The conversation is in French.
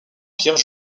pierre